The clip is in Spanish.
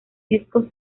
discos